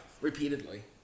Repeatedly